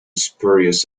spurious